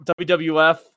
WWF